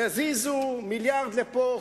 יזיזו מיליארד לפה,